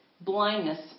blindness